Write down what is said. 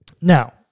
Now